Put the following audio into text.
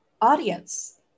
audience